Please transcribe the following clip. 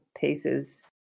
pieces